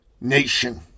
Nation